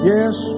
Yes